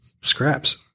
scraps